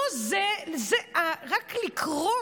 רק לקרוא